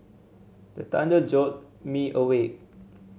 the thunder jolt me awake